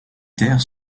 terres